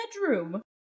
bedroom